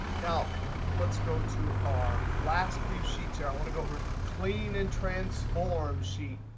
now let's go to our last few sheets. i want to go over to clean and transform sheet.